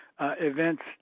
events